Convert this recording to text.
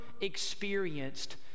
experienced